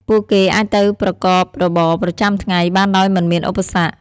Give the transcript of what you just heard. ពួកគេអាចទៅប្រកបរបរប្រចាំថ្ងៃបានដោយមិនមានឧបសគ្គ។